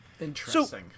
Interesting